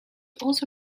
also